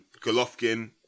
Golovkin